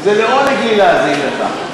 לעונג לי להאזין לך.